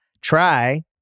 Try